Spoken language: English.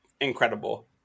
Incredible